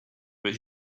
that